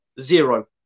Zero